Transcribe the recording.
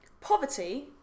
poverty